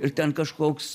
ir ten kažkoks